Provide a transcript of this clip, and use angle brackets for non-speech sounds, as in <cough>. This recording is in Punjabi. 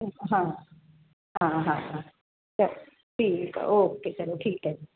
ਠੀਕ ਆ ਹਾਂ ਹਾਂ ਹਾਂ ਹਾਂ <unintelligible> ਠੀਕ ਆ ਓਕੇ ਚਲੋ ਠੀਕ ਹੈ ਜੀ